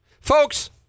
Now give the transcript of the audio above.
folks